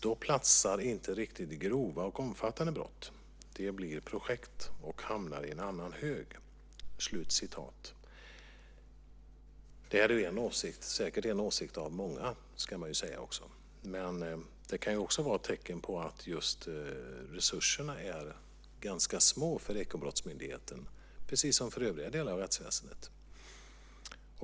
Då platsar inte riktigt grova och omfattande brott. De blir projekt och hamnar i en annan hög. Det där är en åsikt. Det är säkert en åsikt av många. Men det kan också vara ett tecken på att just resurserna är små för Ekobrottsmyndigheten, precis som för övriga delar av rättsväsendet.